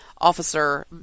Officer